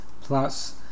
Plus